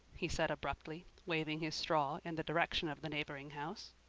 he said abruptly, waving his straw in the direction of the neighboring house.